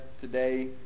today